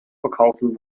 verkaufen